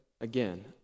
again